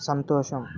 సంతోషం